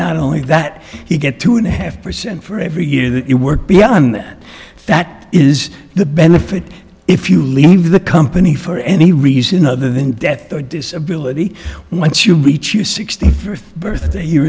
not only that he get two and a half percent for every year that you work beyond that is the benefit if you leave the company for any reason other than death or disability and once you reach you sixty first birthday you're